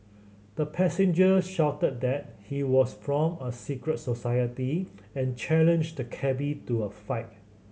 the passenger shouted that he was from a secret society and challenged the cabby to a fight